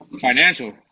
Financial